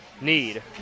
need